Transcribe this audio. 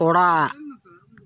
ᱚᱲᱟᱜ